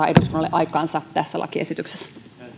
aikaansa tässä lakiesityksessä